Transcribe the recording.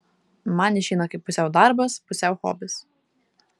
man išeina kaip pusiau darbas pusiau hobis